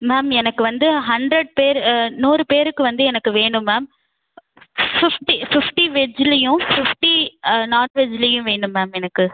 ma'am எனக்கு வந்து hundred பேர் நூறு பேருக்கு வந்து எனக்கு வேணும் மேம் ஃபிஃப்டி ஃபிஃப்டி வெஜ்லையும் ஃபிஃப்டி நாண் வெஜ்லையும் வேணும் மேம் எனக்கு